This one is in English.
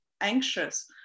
anxious